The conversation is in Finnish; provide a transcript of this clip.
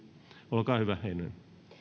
olkaa hyvä heinonen